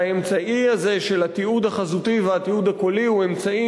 והאמצעי הזה של התיעוד החזותי והתיעוד הקולי הוא אמצעי